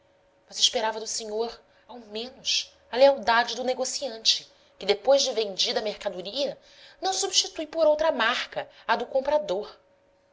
mas esperava do senhor ao menos a lealdade do negociante que depois de vendida a mercadoria não substitui por outra marca à do comprador